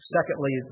Secondly